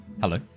hello